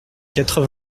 quatre